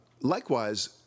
Likewise